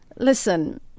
Listen